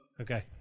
Okay